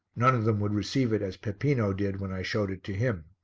none of them would receive it as peppino did when i showed it to him.